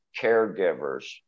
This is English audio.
caregivers